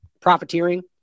profiteering